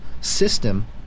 system